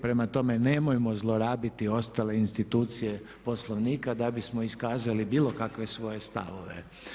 Prema tome nemojmo zlorabiti ostale institucije Poslovnika da bismo iskazali bilo kakve svoje stavove.